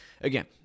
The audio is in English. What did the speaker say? again